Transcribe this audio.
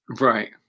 Right